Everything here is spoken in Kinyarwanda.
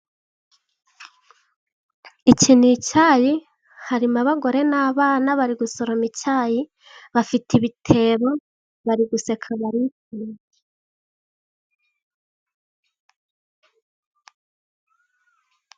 Iki ni icyayi harimo abagore n'abana bari gusoroma icyayi, bafite ibitebo bari guseka ba.